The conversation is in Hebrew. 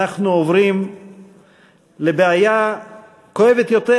אנחנו עוברים לבעיה כואבת יותר,